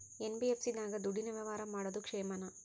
NBFC ನಾಗ ದುಡ್ಡಿನ ವ್ಯವಹಾರ ಮಾಡೋದು ಕ್ಷೇಮಾನ?